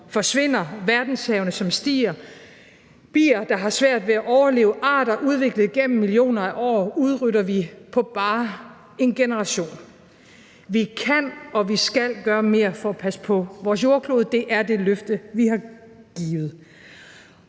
forsvinder, verdenshavene, som stiger, bier, der har svært ved at overleve, arter udviklet igennem millioner af år udrydder vi på bare en generation. Vi kan og vi skal gøre mere for at passe på vores jordklode. Det er det løfte, vi har givet,